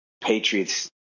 Patriots